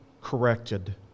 corrected